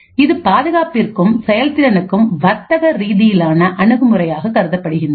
இது பாதுகாப்பிற்கும் செயல்திறனுக்கும் வர்த்தக ரீதியிலான அணுகுமுறையாக கருதப்படுகின்றது